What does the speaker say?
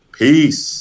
peace